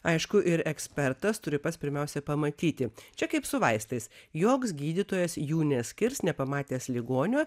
aišku ir ekspertas turi pats pirmiausia pamatyti čia kaip su vaistais joks gydytojas jų neskirs nepamatęs ligonio